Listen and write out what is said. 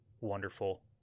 wonderful